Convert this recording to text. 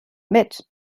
mit